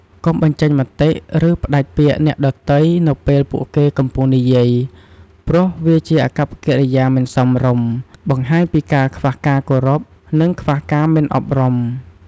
កុំបញ្ចេញមតិ ឬផ្តាច់ពាក្យអ្នកដទៃនៅពេលពួកគេកំពុងនិយាយ ព្រោះវាជាអាកប្បកិរិយាមិនសមរម្យ បង្ហាញពីការខ្វះការគោរព និងខ្វះការមិនអប់រំ។